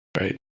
Right